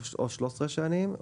או 13 שנים,